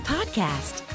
Podcast